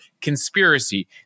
conspiracy